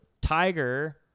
Tiger